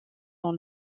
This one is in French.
dans